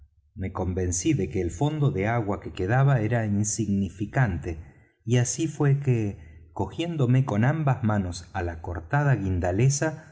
me convencí de que el fondo de agua que quedaba era insignificante y así fué que cogiéndome con ambas manos á la cortada